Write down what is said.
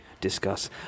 Discuss